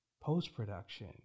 post-production